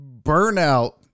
burnout